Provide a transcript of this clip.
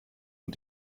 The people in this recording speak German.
und